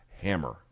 hammer